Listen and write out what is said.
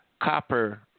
copper